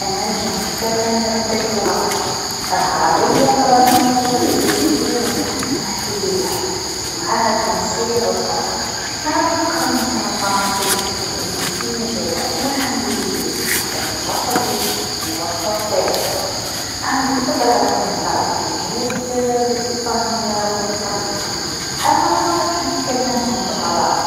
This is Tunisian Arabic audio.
أنجم نتكلم بعدة لغات، العربيه طبعا هي اللغه الأساسيه لنح- نحكي بيها و معاها التونسيه بالطبع، نعرف نقرأ و نفهم الفرنسيه و الانجليزيه زادا و الحمد لله نقدر نتواصل بيهم في مواقف مختلفه، عندي القدره على فهم بعض الكلمات بالإسبانيه و الإيطاليه أما منعرفهش نتكلمهم بطلاقه.